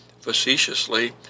facetiously